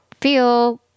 feel